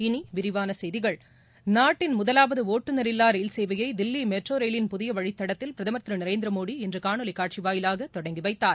இனி விரிவான செய்திகள் நாட்டின் முதலாவது ஒட்டுநர் இல்லா ரயில் சேவையை தில்லி மெட்ரோ ரயிலின் புதிய வழித்தடத்தில் பிரதமர் திரு நரேந்திர மோடி இன்று காணொலி காட்சி வாயிலாக தொடங்கி வைத்தார்